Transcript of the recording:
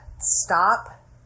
stop